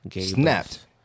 Snapped